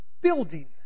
building